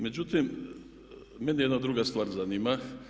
Međutim, mene jedna druga stvar zanima.